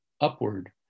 upward